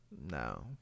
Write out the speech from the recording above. No